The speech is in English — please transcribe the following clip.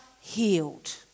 healed